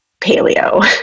paleo